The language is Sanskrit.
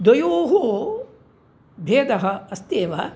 द्वयोः भेदः अस्ति एव